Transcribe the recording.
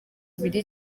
ibiri